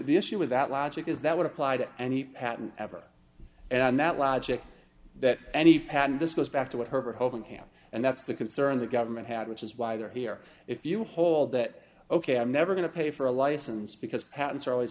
the issue with that logic is that would apply to any patent ever and that logic that any patent this goes back to what her hoping can and that's the concern the government had which is why they're here if you hold that ok i'm never going to pay for a license because patents are always